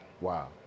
Wow